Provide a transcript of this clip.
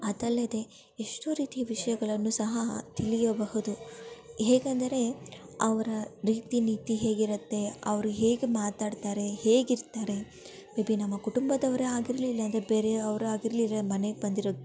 ಅದಲ್ಲದೆ ಎಷ್ಟೋ ರೀತಿಯ ವಿಷಯಗಳನ್ನು ಸಹ ತಿಳಿಯಬಹುದು ಹೇಗಂದರೆ ಅವರ ರೀತಿ ನೀತಿ ಹೇಗಿರತ್ತೆ ಅವರು ಹೇಗೆ ಮಾತಾಡ್ತಾರೆ ಹೇಗೆ ಇರ್ತಾರೆ ಮೇ ಬಿ ನಮ್ಮ ಕುಟುಂಬದವರೇ ಆಗಿರಲಿ ಇಲ್ಲಾಂದರೆ ಬೇರೆಯವರು ಆಗಿರಲಿ ಇಲ್ಲ ಮನೆಗೆ ಬಂದಿರೋ